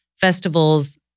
festivals